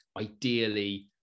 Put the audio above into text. ideally